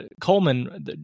Coleman